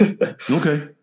Okay